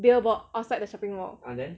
billboard outside the shopping mall